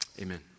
amen